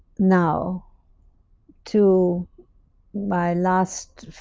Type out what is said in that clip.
now to my last